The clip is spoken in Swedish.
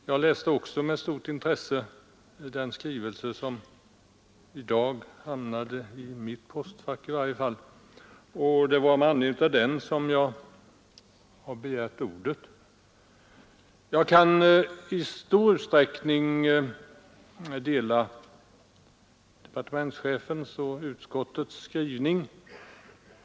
Jag läste också med stort intresse den skrivelse från Svenska jägarförbundet som i dag hamnade i mitt postfack, och det är med anledning av den jag har begärt ordet. Jag kan i stor utsträckning ansluta mig till utskottets skrivning.